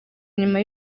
inyuma